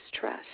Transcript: trust